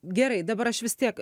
gerai dabar aš vis tiek